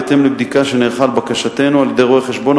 בהתאם לבדיקה שנערכה לבקשתנו על-ידי רואה-חשבון,